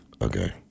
Okay